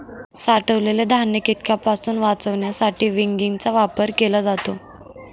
साठवलेले धान्य कीटकांपासून वाचवण्यासाठी विनिंगचा वापर केला जातो